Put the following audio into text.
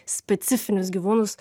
specifinius gyvūnus